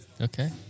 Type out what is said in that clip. Okay